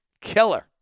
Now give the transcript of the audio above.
Killer